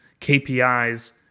KPIs